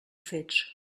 fets